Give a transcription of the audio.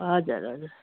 हजुर हजुर